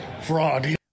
fraud